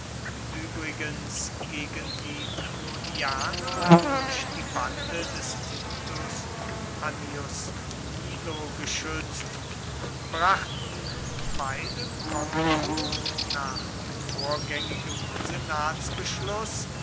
übrigens gegen die clodianer durch die bande des titus annius milo geschützt brachten beide konsuln nach vorgängigem